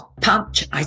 punch